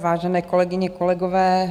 Vážené kolegyně, kolegové.